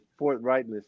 forthrightness